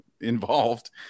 involved